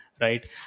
right